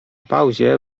pauzie